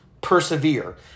persevere